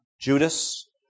Judas